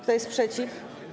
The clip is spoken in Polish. Kto jest przeciw?